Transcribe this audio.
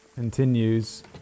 Continues